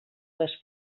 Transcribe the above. les